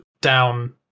down